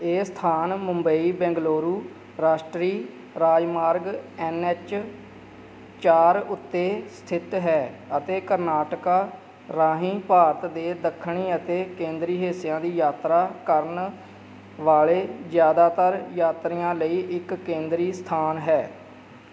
ਇਹ ਸਥਾਨ ਮੁੰਬਈ ਬੰਗਲੁਰੂ ਰਾਸ਼ਟਰੀ ਰਾਜਮਾਰਗ ਐੱਨ ਐੱਚ ਚਾਰ ਉੱਤੇ ਸਥਿਤ ਹੈ ਅਤੇ ਕਰਨਾਟਕਾ ਰਾਹੀਂ ਭਾਰਤ ਦੇ ਦੱਖਣੀ ਅਤੇ ਕੇਂਦਰੀ ਹਿੱਸਿਆਂ ਦੀ ਯਾਤਰਾ ਕਰਨ ਵਾਲੇ ਜ਼ਿਆਦਾਤਰ ਯਾਤਰੀਆਂ ਲਈ ਇੱਕ ਕੇਂਦਰੀ ਸਥਾਨ ਹੈ